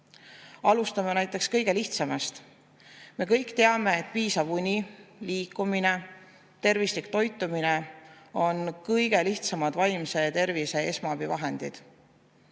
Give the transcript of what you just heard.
mõistetav. Alustame kõige lihtsamast. Me kõik teame, et piisav uni, liikumine, tervislik toitumine on kõige lihtsamad vaimse tervise esmaabivahendid.